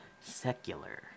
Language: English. secular